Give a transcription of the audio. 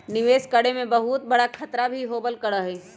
निवेश करे में बहुत बडा खतरा भी होबल करा हई